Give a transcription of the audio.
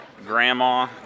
Grandma